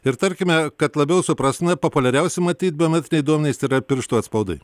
ir tarkime kad labiau suprastume populiariausi matyt biometriniai duomenys tai yra pirštų atspaudai